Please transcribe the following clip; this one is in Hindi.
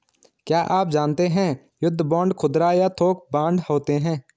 क्या आप जानते है युद्ध बांड खुदरा या थोक बांड होते है?